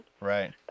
Right